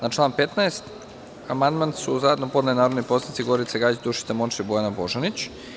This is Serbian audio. Na član 15. amandman su zajedno podneli narodni poslanici Gorica Gajić, Dušica Morčev i Bojana Božanić.